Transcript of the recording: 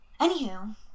Anywho